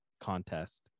contest